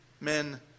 men